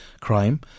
crime